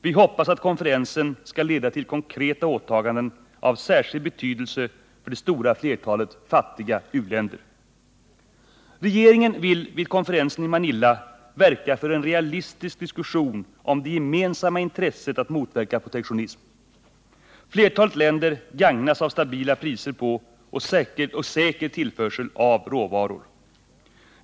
Vi hoppas att konferensen skall leda till konkreta åtaganden av särskild betydelse för det stora flertalet fattiga u-länder. Regeringen vill vid konferensen i Manila verka för en realistisk diskussion om det gemensamma intresset att motverka protektionism. Flertalet länder gagnas av stabila priser på och säker tillförsel av råvaror.